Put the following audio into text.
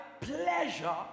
pleasure